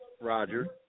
Roger